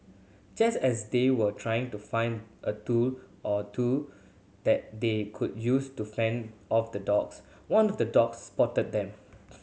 just as they were trying to find a tool or two that they could use to fend off the dogs one of the dogs spotted them